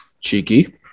Cheeky